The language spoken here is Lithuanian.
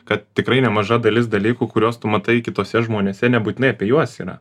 kad tikrai nemaža dalis dalykų kuriuos tu matai kituose žmonėse nebūtinai apie juos yra